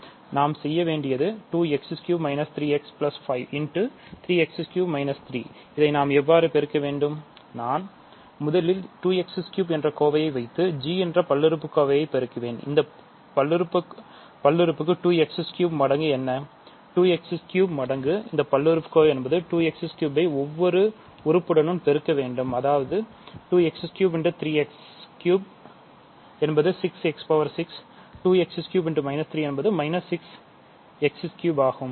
நாம் செய்ய வேண்டியது என்பது 6 x 3 ஆகும்